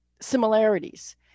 similarities